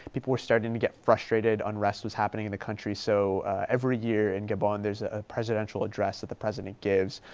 people were starting to get frustrated. unrest was happening in the country. so every year in gabon, there's a presidential address that the president gives.